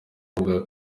ubwa